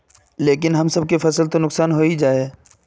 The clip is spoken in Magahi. लेकिन हम सब के फ़सल तो नुकसान होबे ही जाय?